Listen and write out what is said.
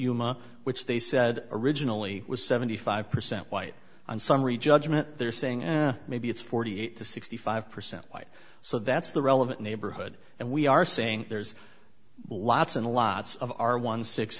yuma which they said originally was seventy five percent white on summary judgment they're saying maybe it's forty eight to sixty five percent white so that's the relevant neighborhood and we are saying there's lots and lots of our one six